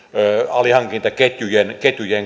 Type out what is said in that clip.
alihankintaketjujen